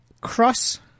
Cross